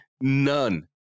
None